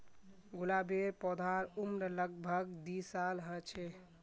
गुलाबेर पौधार उम्र लग भग दी साल ह छे